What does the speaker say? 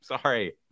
sorry